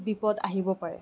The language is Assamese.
বিপদ আহিব পাৰে